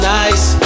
nice